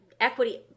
equity